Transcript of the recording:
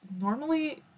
Normally